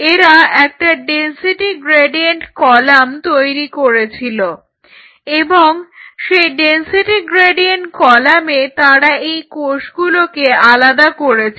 এঁরা একটা density gradient column তৈরি করেছিল এবং সেই ডেনসিটি গ্রেডিয়েন্ট কলামে তাঁরা এই কোষগুলোকে আলাদা করেছিল